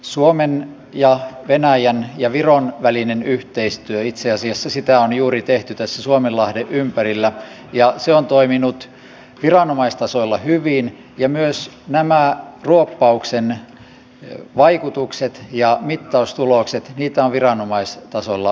suomen ja venäjän ja viron välistä yhteistyötä itse asiassa on juuri tehty tässä suomenlahden ympärillä ja se on toiminut viranomaistasoilla hyvin ja myös näitä ruoppauksen vaikutuksia ja mittaustuloksia on viranomaistasolla vaihdettu